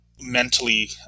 mentally